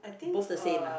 both the same ah